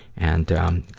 and, um,